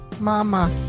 Mama